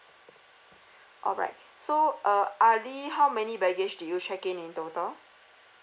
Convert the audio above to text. all right so uh ali how many baggage did you check in total